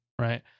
right